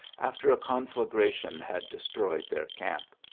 after a conflagration had destroyed their camp.